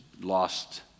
lost